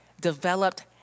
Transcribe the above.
developed